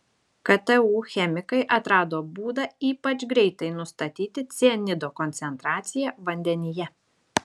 ktu chemikai atrado būdą ypač greitai nustatyti cianido koncentraciją vandenyje